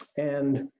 and